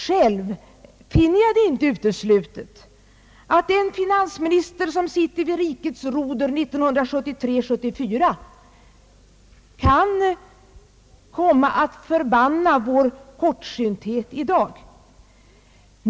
Själv finner jag det inte uteslutet att den finansminister som sitter vid rikets roder 1973/74 kan komma att förbanna vår kortsynthet i dag.